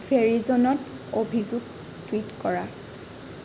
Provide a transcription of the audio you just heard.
ভেৰিজ'নত অভিযোগ টুইট কৰা